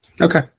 Okay